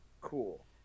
Cool